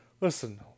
listen